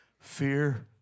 fear